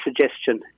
suggestion